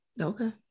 okay